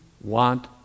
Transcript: want